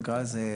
נקרא לזה,